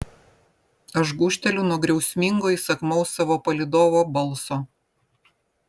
aš gūžteliu nuo griausmingo įsakmaus savo palydovo balso